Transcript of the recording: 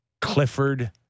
Clifford